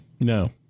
No